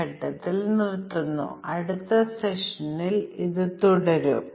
ഞങ്ങൾ ഇവിടെ നിർത്തും ഞങ്ങൾ കോമ്പിനേറ്റർ പരിശോധന തുടരും